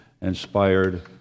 inspired